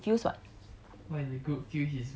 what I feel might not be what the group feels [what]